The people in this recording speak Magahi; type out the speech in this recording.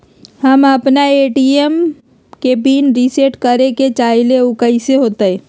हम अपना ए.टी.एम के पिन रिसेट करे के चाहईले उ कईसे होतई?